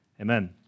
Amen